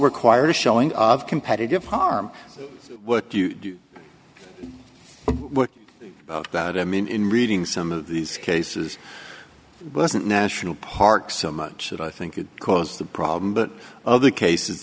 required a showing of competitive harm what do you do what about i mean in reading some of these cases wasn't national park so much that i think it caused the problem but other cases